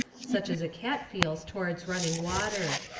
such as a cat feels towards running water.